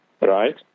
Right